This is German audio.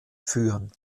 führen